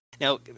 Now